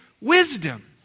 wisdom